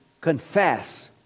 confess